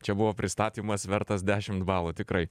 čia buvo pristatymas vertas dešimt balų tikrai